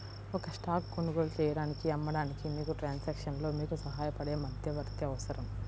ఒక స్టాక్ కొనుగోలు చేయడానికి, అమ్మడానికి, మీకు ట్రాన్సాక్షన్లో మీకు సహాయపడే మధ్యవర్తి అవసరం